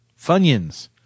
Funyuns